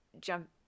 jump